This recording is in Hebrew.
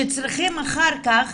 שצריכים אחר כך